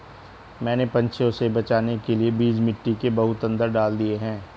मैंने पंछियों से बचाने के लिए बीज मिट्टी के बहुत अंदर डाल दिए हैं